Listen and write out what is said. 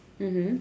mmhmm